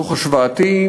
דוח השוואתי,